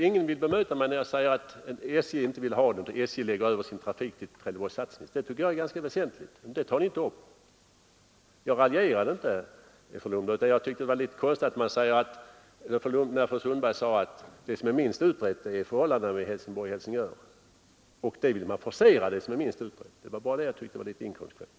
Ingen vill bemöta mig när jag säger att SJ inte vill ha den här lösningen och att SJ lägger över sin trafik till Trelleborg—Sassnitz. Det tycker jag är ganska väsentligt. Men det tar ni inte upp. Jag raljerade inte, fru Lundblad, utan jag tyckte det var litet konstigt när fru Lundblad sade att förhållandena Helsingborg-Helsingör är minst utredda. Ändå ville hon forcera detta; det tyckte jag var litet inkonsekvent.